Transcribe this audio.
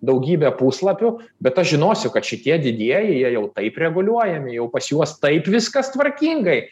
daugybę puslapių bet aš žinosiu kad šitie didieji jie jau taip reguliuojami jau pas juos taip viskas tvarkingai